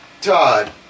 Todd